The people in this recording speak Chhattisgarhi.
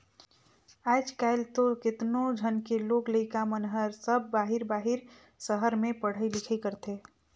आयज कायल तो केतनो झन के लोग लइका मन हर सब बाहिर बाहिर सहर में पढ़ई लिखई करथे